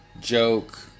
joke